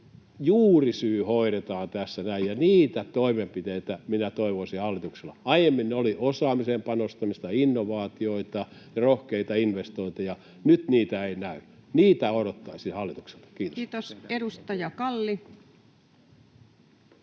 juurisyytä hoidetaan tässä? Niitä toimenpiteitä minä toivoisin hallitukselta. Aiemmin oli osaamiseen panostamista, innovaatioita, rohkeita investointeja. Nyt niitä ei näy. Niitä odottaisin hallitukselta. — Kiitos. [Speech 86]